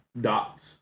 dots